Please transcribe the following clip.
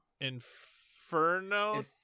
Inferno